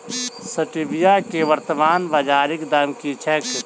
Stevia केँ वर्तमान बाजारीक दाम की छैक?